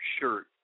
shirt